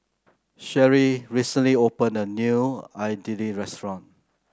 Sherri recently opened a new Idili restaurant